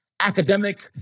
academic